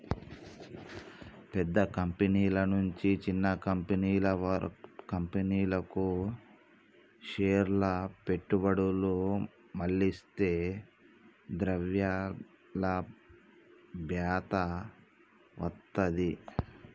పెద్ద కంపెనీల నుంచి చిన్న కంపెనీలకు షేర్ల పెట్టుబడులు మళ్లిస్తే ద్రవ్యలభ్యత వత్తది